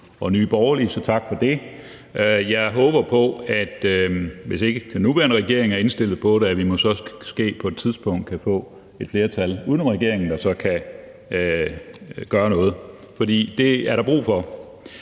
og Nye Borgerlige – så tak for det. Jeg håber på, at vi, hvis ikke den nuværende regering er indstillet på det, måske på et tidspunkt kan få et flertal uden om regeringen, der så kan gøre noget, for det er der brug for.